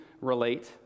relate